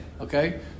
okay